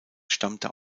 stammte